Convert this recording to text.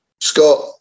Scott